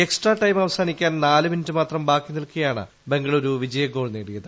extra time അവസാനിക്കാൻ നാല് minute മാത്രം ബാക്കി നിൽക്കേയാണ് ബംഗളുരു വിജയഗോൾ നേടിയത്